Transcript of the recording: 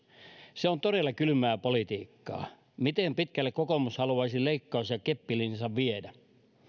se on todella kylmää politiikkaa miten pitkälle kokoomus haluaisi leikkaus ja keppilinjansa viedä